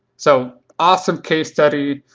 so awesome case study.